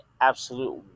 absolute